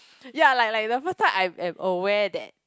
ya like like the first time I'm aware that